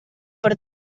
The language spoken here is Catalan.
per